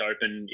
Open